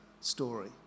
story